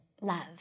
Love